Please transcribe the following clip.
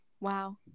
Wow